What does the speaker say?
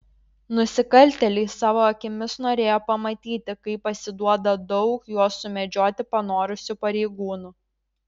nusikaltėliai savo akimis norėjo pamatyti kaip pasiduoda daug juos sumedžioti panorusių pareigūnų